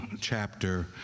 chapter